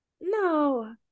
No